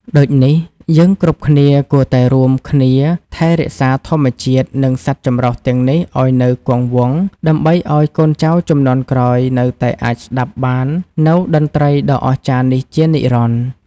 ដូចនេះ យើងគ្រប់គ្នាគួរតែរួមគ្នាថែរក្សាធម្មជាតិ និងសត្វចម្រុះទាំងនេះឱ្យនៅគង់វង្ស ដើម្បីឱ្យកូនចៅជំនាន់ក្រោយនៅតែអាចស្ដាប់បាននូវតន្ត្រីដ៏អស្ចារ្យនេះជានិរន្តរ៍។